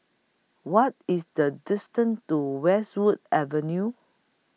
What IS The distance to Westwood Avenue